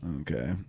Okay